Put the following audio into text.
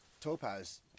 Topaz